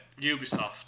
Ubisoft